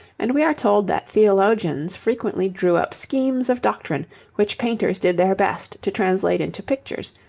and we are told that theologians frequently drew up schemes of doctrine which painters did their best to translate into pictures,